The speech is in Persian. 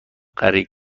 غریق